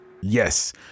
Yes